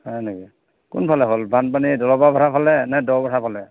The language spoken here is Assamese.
হয় নেকি কোনফালে হ'ল বানপানী দলবা পথাৰ ফালে নে দ পথাাৰ ফালে